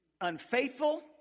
unfaithful